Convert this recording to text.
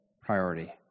priority